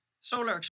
Solar